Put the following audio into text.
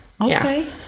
Okay